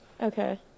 Okay